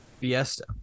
Fiesta